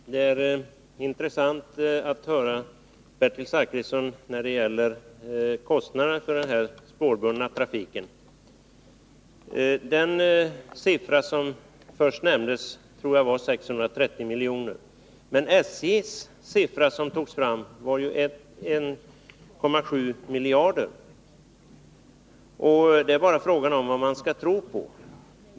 Fru talman! Det är intressant att höra Bertil Zachrisson tala om kostnaderna för den spårbundna trafiken. Den siffra som först nämndes var, om jag minns rätt, 630 milj.kr. Men den siffra som SJ tog fram var ju 1,7 miljarder kronor! Frågan är bara vad man skall tro på.